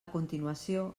continuació